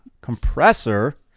compressor